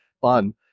fun